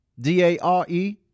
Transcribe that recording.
D-A-R-E